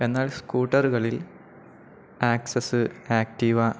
എന്നാൽ സ്കൂട്ടറുകളിൽ Access Activa